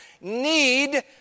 need